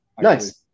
nice